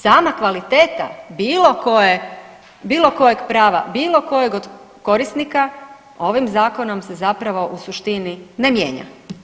Sama kvaliteta bilo kojeg prava, bilo kojeg od korisnika ovim zakonom se zapravo u suštini ne mijenja.